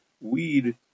weed